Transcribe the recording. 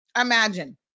Imagine